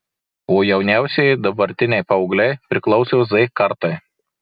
o jauniausieji dabartiniai paaugliai priklauso z kartai